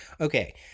Okay